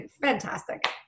fantastic